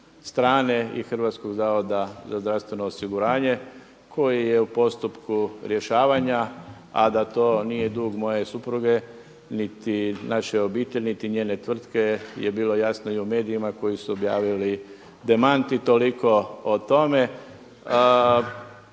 strane i Hrvatskog zavoda za zdravstveno osiguranje koji je u postupku rješavanja a da to nije dug moje supruge, niti naše obitelji, niti njene tvrtke, je bilo jasno i u medijima koji su objavili demant i toliko o tome.